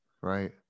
right